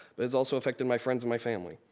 but has also affected my friends and my family.